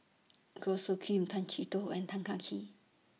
Goh Soo Khim Tay Chee Toh and Tan Kah Kee